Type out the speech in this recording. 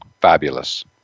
fabulous